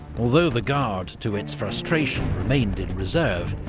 although the guard, to its frustration, remained in reserve,